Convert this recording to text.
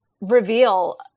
reveal